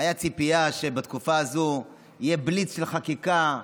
והייתה ציפייה שבתקופה הזאת יהיה בליץ של חקיקה,